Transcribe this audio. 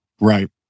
right